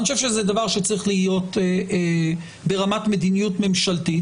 אני חושב שזה דבר שצריך להיות ברמת מדיניות ממשלתית,